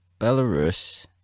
Belarus